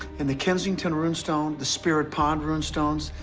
and the kensington rune stone, the spirit pond rune stones,